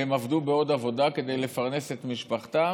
והם עבדו בעוד עבודה כדי לפרנס את משפחתם.